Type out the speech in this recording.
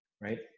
right